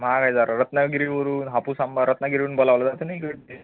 महाग आहे जरा रत्नागिरीवरून हापूस आंबा रत्नागिरीवरून बोलावला जातो ना इकडं